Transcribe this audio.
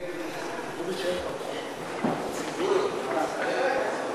חוק חופשה שנתית (תיקון